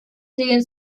siguen